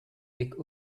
avec